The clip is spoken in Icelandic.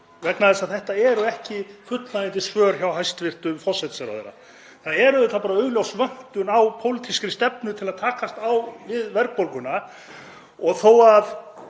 vegna þess að þetta eru ekki fullnægjandi svör hjá hæstv. forsætisráðherra. Það er auðvitað bara augljós vöntun á pólitískri stefnu til að takast á við verðbólguna og þó að